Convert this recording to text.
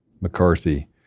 McCarthy